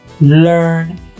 learn